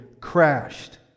crashed